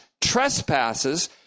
trespasses